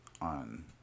on